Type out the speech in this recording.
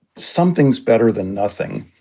something's better than nothing.